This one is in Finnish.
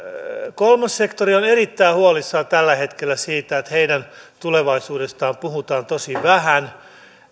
kolmas sektori on erittäin huolissaan tällä hetkellä siitä että heidän tulevaisuudestaan puhutaan tosi vähän